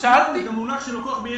זה מונח שלקוח מישו.